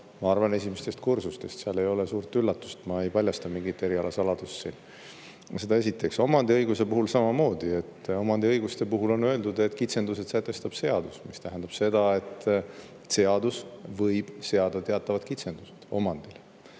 ma arvan, esimeselt kursuselt. Seal ei ole suurt üllatust, ma ei paljasta mingit erialasaladust siin. Seda esiteks. Omandiõiguse puhul samamoodi – omandiõiguste puhul on öeldud, et kitsendused sätestab seadus, mis tähendab seda, et seadus võib seada teatavad kitsendused omandile,